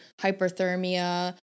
hyperthermia